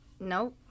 No